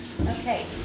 Okay